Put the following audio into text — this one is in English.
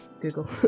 google